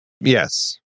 Yes